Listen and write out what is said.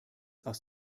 aus